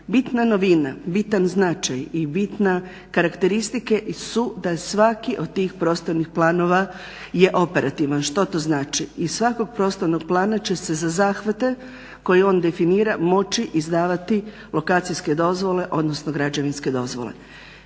Bitna novina, bitan značaj i bitne karakteristike su da svaki od tih prostornih planova je operativan. Što to znači? Iz svakog prostornog plana će se za zahvate koje on definira moći izdavati lokacijske dozvole odnosno građevinske dozvole.